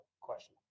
question